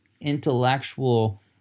intellectual